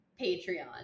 Patreon